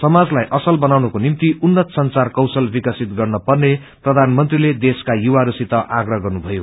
समाजलाई असल बनाउनको निम्ति उननत संचार कौशल विकसित गर्नपर्ने प्रधानमंत्रीले देशका युवाहरूसित आग्रह गर्नुमयो